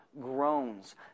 groans